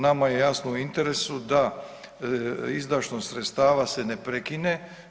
Nama je jasno u interesu da izdašnost sredstava se ne prekine.